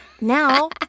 now